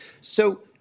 So-